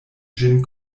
ĝin